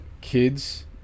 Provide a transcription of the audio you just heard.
kids